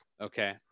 okay